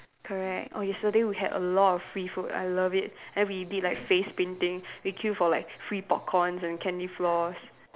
correct oh yesterday we had a lot of free food I love it and we did like face painting we queue for like free popcorns and candy floss